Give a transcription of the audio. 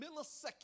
millisecond